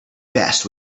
best